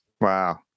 Wow